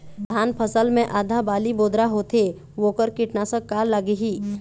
धान फसल मे आधा बाली बोदरा होथे वोकर कीटनाशक का लागिही?